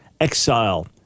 exile